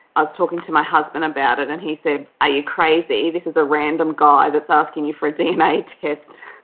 i was talking to my husband about it and he said are you crazy, this is a random guy that's asking you for a dna test.